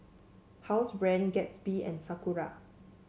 Housebrand Gatsby and Sakura